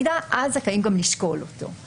מדובר במידע שהוא רלוונטי כאשר אותו הגורם